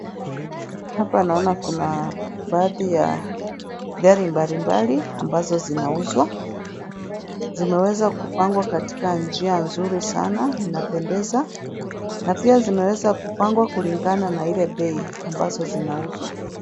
Hapa naona kuna baadhi ya gari mbalimbali ambazo zinauzwa, zimeweza kupangwa katika njia nzuri sana, zinapendeza, na pia zimeweza kupangwa kulingana na ile bei ambazo zinauzwa.